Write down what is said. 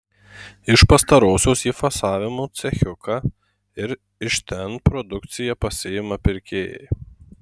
iš pastarosios į fasavimo cechiuką ir iš ten produkciją pasiima pirkėjai